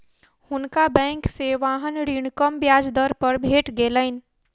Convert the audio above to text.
हुनका बैंक से वाहन ऋण कम ब्याज दर पर भेट गेलैन